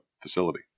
facility